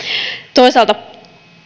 toisaalta